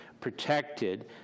protected